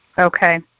Okay